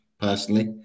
personally